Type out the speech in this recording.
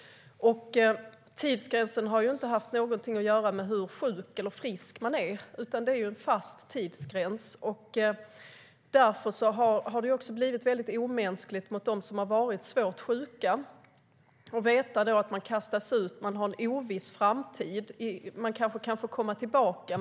Tidsgränsen har inte haft någonting att göra med hur sjuk eller frisk man är, utan det är en fast tidsgräns. Det har därför också blivit väldigt omänskligt mot dem som har varit svårt sjuka. De har vetat att de kastas ut och har en oviss framtid. De kanske kan få komma tillbaka.